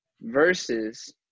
versus